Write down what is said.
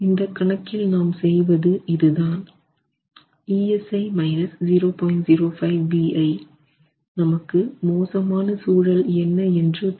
இந்த கணக்கில் நாம் செய்வது இது தான் நமக்கு மோசமான சூழல் என்ன என்று தரும்